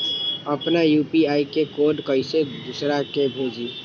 अपना यू.पी.आई के कोड कईसे दूसरा के भेजी?